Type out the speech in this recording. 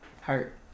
hurt